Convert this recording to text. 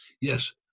yes